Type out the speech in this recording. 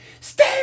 stay